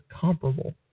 comparable